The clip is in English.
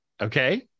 Okay